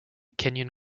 kenyon